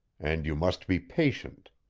and you must be patient.